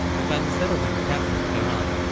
they finally settled in the capital, tehran.